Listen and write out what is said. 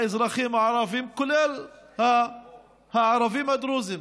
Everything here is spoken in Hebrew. האזרחים הערבים, כולל הערבים הדרוזים.